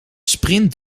sprint